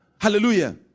Hallelujah